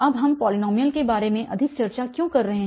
अब हम पॉलीनॉमियल के बारे में अधिक चर्चा क्यों कर रहे हैं